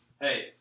hey